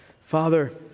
Father